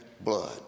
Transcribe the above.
blood